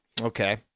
Okay